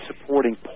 supporting